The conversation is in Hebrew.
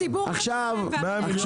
הציבור ישלם, והפנסיות.